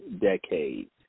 decades